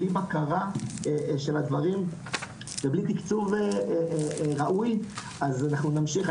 בלי בקרה של הדברים ובלי תקצוב ראוי אז אנחנו נמשיך,